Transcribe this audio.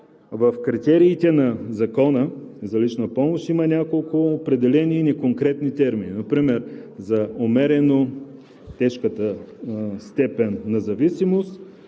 в критериите на Закона за лична помощ има няколко неопределени и неконкретни термина, например за умерено тежката степен на зависимост,